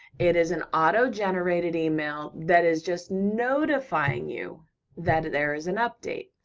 it is an auto-generated email that is just notifying you that there is an update,